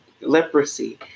leprosy